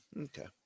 Okay